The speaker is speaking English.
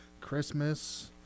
Christmas